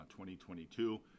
2022